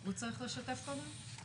הוא צריך לשתף קודם?